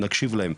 נקשיב להם.